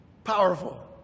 powerful